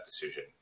decision